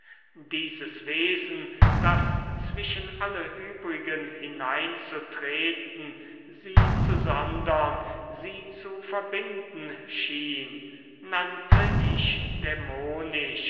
dieses wesen das zwischen alle übrigen hineinzutreten sie zu sondern sie zu verbinden schien nannte ich